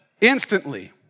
Instantly